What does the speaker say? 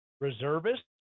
Reservists